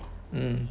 mm